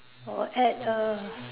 or add a